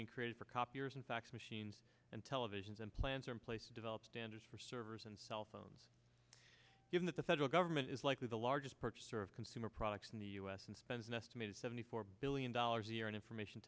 being created for copiers and fax machines and televisions and plans are in place to develop standards for servers and cell phones given that the federal government is likely the largest purchaser of consumer products in the u s and spends an estimated seventy four billion dollars a year in information